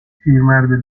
پیرمرد